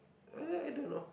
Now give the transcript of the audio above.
err I don't know